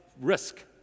risk